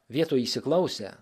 vietoj įsiklausę